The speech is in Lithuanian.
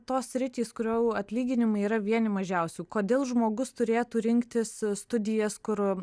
tos sritys kurių atlyginimai yra vieni mažiausių kodėl žmogus turėtų rinktis studijas kur